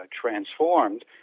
transformed